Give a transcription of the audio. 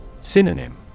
Synonym